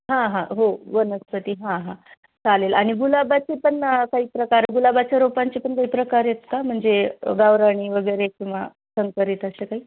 हां हां हो वनस्पती हां हां चालेल आणि गुलाबाचे पण काही प्रकार गुलाबाच्या रोपांचे पण काही प्रकार आहेत का म्हणजे गावराणी वगैरे किंवा संकरित असे काही